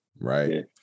Right